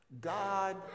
God